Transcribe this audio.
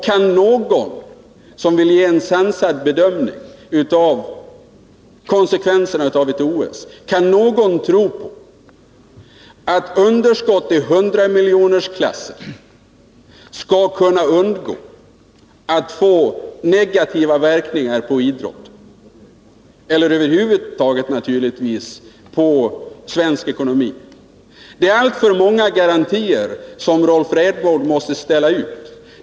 Kan någon, som vill göra en sansad bedömning av konsekvenserna av ett OS, tro på att underskott i hundramiljonersklassen kan undgå att få negativa verkningar för idrotten eller över huvud taget för svensk ekonomi? Det är för många garantier som Rolf Rämgård måste ställa ut.